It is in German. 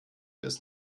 bis